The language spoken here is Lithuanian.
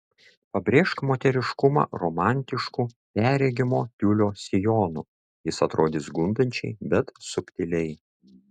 pabrėžk moteriškumą romantišku perregimo tiulio sijonu jis atrodys gundančiai bet subtiliai